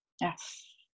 Yes